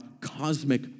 cosmic